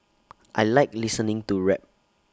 I Like listening to rap